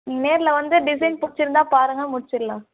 நேரில் வந்து டிசைன் பிடிச்சிருந்தா பாருங்க முடிச்சுரலாம்